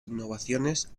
innovaciones